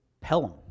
Pelham